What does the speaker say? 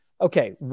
okay